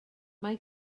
mae